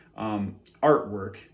artwork